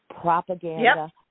propaganda